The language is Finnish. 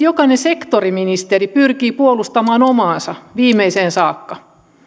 jokainen sektoriministeri pyrkii puolustamaan omaansa viimeiseen saakka